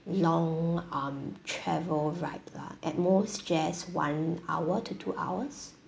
long um travel ride lah at most just one hour to two hours